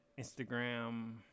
Instagram